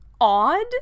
odd